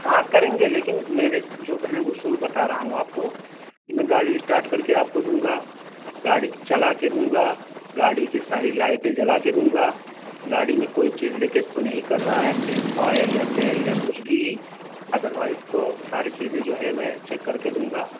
ہاں کریں گے لیکن میرے جو ہیں اصول بتا رہا ہوں آپ کو کہ میں گاڑی اسٹاٹ کر کے آپ کو دوں گا گاڑی چلا کے دوں گا گاڑی کی ساری لائٹیں جلا کے دوں گا گاڑی میں کوئی چیز لیکیج تو نہیں کر رہا ہے کہیں آئل یا تیل یا کچھ بھی ادروائز تو ساری چیزیں جو ہے میں چیک کر کے دوں گا